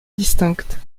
distinctes